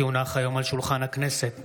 כי הונחו היום על שולחן הכנסת,